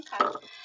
Okay